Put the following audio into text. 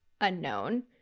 unknown